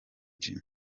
jimmy